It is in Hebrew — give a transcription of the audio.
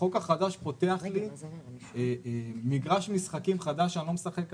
החוק החדש פותח לי מגרש משחקים חדש שאני לא משחק עליו,